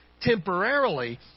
temporarily